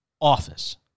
office